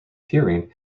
purine